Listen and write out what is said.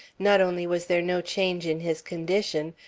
not only was there no change in his condition,